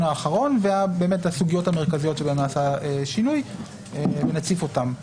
האחרון והסוגיות המרכזיות שבהן נעשה שינוי ונציף אותן.